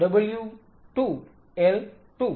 તેથી W2 L2